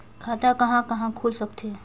खाता कहा कहा खुल सकथे?